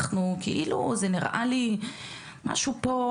אנחנו כאילו זה נראה לי משהו פה,